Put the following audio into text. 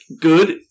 good